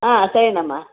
ಹಾಂ ಸರಿಯಮ್ಮ